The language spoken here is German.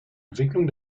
entwicklung